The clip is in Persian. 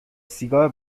سیگار